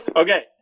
okay